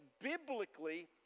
biblically